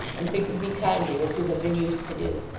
and think of me kindly as you have been used to do.